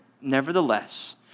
nevertheless